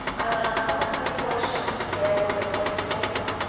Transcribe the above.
i am uncommonly fortunate to be able to afford to take them.